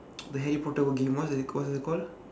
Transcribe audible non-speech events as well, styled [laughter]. [noise] the harry potter own game what is that what is that called